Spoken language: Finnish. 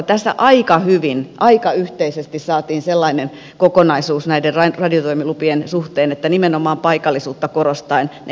tässä aika hyvin aika yhteisesti saatiin sellainen kokonaisuus näiden radiotoimilupien suhteen että nimenomaan paikallisuutta korostaen ne jaettiin